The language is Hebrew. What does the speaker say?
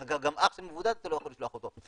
אגב, גם אחר שמבודד אתה לא יכול לשלוח אותו.